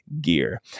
gear